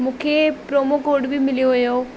मूंखे प्रोमोकोड बि मिलियो हुओ